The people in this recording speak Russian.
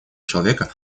человека